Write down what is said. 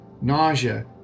Nausea